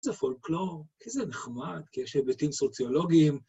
זה פולקלור, כי זה נחמד, כי יש ביתים סוציולוגיים.